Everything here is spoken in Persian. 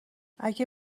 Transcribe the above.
اگه